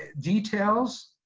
details,